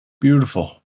beautiful